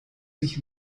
sich